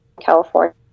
California